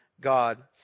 God